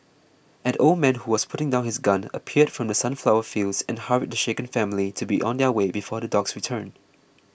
an old man who was putting down his gun appeared from the sunflower fields and hurried the shaken family to be on their way before the dogs return